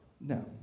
No